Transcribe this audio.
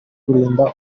kurinda